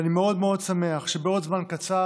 ואני מאוד מאוד שמח שבעוד זמן קצר,